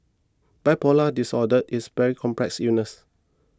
bipolar disorder is very complex illness